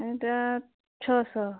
ଏଇଟା ଛଅଶହ